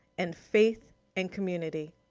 and faith and community.